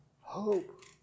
hope